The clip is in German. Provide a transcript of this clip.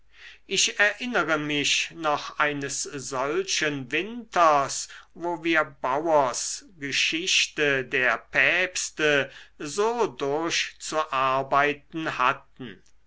ich erinnere mich noch eines solchen winters wo wir bowers geschichte der päpste so durchzuarbeiten hatten